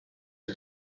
are